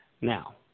Now –